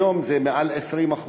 היום זה מעל 20%,